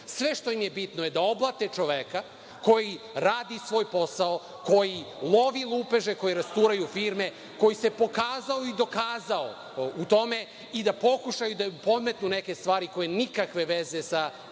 Sve što im je bitno je da oblate čoveka koji radi svoj posao, koji lovi lupeže koji rasturaju firme, koji se pokazao i dokazao u tome i da pokušaju da im podmetnu neke stvari koje nikakve veze sa